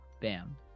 bam